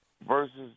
versus